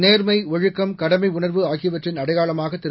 நேர்மை ஒழுக்கம் கடனம உணர்வு ஆகியவற்றின் அடையாளமாக திரு